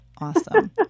Awesome